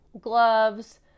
gloves